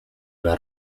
una